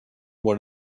what